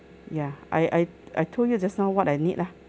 ya I I I told you just now what I need lah